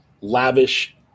lavish